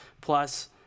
plus